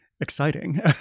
exciting